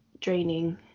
draining